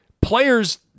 Players